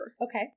Okay